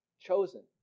Chosen